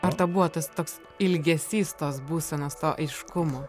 ar tau buvo tas toks ilgesys tos būsenos to aiškumo